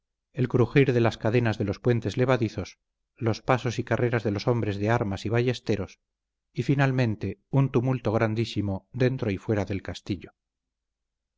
el crujir de las cadenas de los puentes levadizos los pasos y carreras de los hombres de armas y ballesteros y finalmente un tumulto grandísimo dentro y fuera del castillo